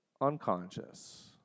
Unconscious